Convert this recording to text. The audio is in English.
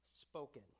spoken